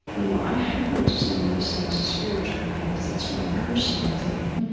you know i happen to see medicine as a spiritual path. that's my personal thing,